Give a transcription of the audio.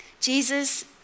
Jesus